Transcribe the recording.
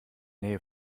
nähe